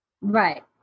Right